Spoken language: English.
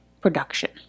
production